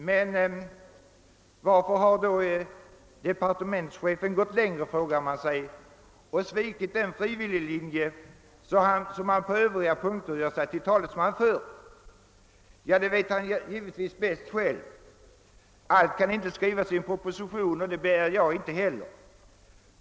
Men varför har då departementschefen gått längre, frågar man sig, och svikit den frivilliglinje som han på övriga punkter gjort sig till talesman för? Det vet han givetvis bäst själv. Allt kan inte skrivas i en proposition, och det begär jag inte heller.